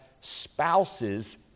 spouses